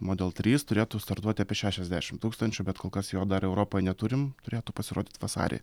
model trys turėtų startuoti apie šešiasdešim tūkstančių bet kol kas jo dar europoj neturim turėtų pasirodyt vasarį